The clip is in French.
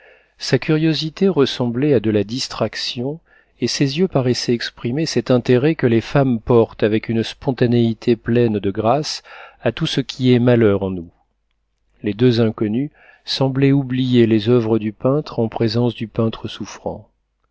sa curiosité ressemblait à de la distraction et ses yeux paraissaient exprimer cet intérêt que les femmes portent avec une spontanéité pleine de grâce à tout ce qui est malheur en nous les deux inconnues semblaient oublier les oeuvres du peintre en présence du peintre souffrant